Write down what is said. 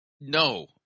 No